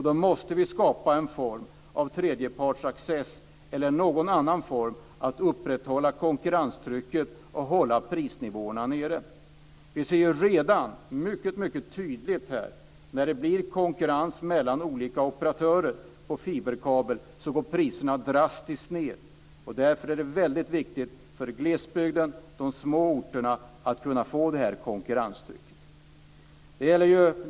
Då måste vi skapa en form av tredjepartsaccess eller något annat för att upprätthålla konkurrenstrycket och hålla prisnivåerna nere. Vi ser ju redan mycket tydligt att när det blir konkurrens mellan olika operatörer på fiberkabel går priserna drastiskt ned. Därför är det väldigt viktigt för glesbygden, de små orterna, att kunna få det här konkurrenstrycket.